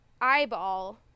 eyeball –